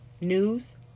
News